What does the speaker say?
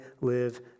live